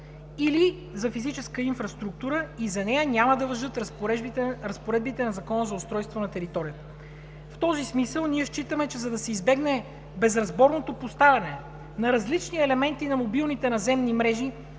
или за физическа инфраструктура и за нея няма да важат разпоредбите на Закона за устройство на територията. В този смисъл ние считаме, че за да се избегне безразборното поставяне на различни елементи на мобилните наземни мрежи